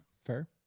fair